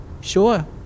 Sure